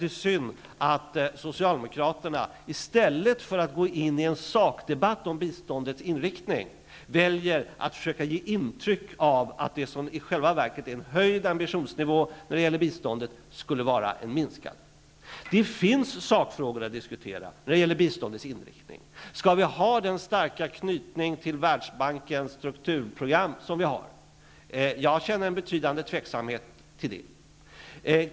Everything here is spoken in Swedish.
Det är synd att Socialdemokraterna i stället för att gå in i en sakdebatt om biståndets inriktning väljer att försöka ge intryck av att det som i själva verket är en höjd ambitionsnivå skulle vara en minskad. Det finns sakfrågor att diskutera när det gäller biståndets inriktning. Skall vi ha den starka knytning till Världsbankens strukturprogram som vi i dag har? Jag känner en betydande tveksamhet inför det.